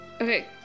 Okay